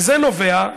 וזה נובע,